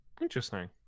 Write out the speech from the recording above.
Interesting